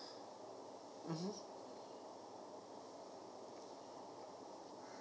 mmhmm